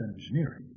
engineering